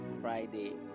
Friday